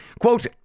Quote